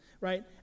right